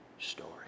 story